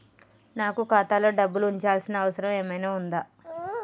నాకు ఖాతాలో డబ్బులు ఉంచాల్సిన అవసరం ఏమన్నా ఉందా?